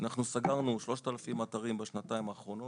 סגרנו 3,000 אתרים בשנתיים האחרונות,